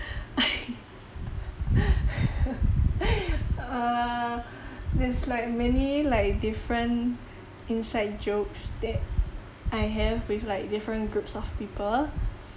uh there's like many like different inside jokes that I have with like different groups of people